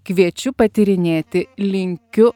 kviečiu patyrinėti linkiu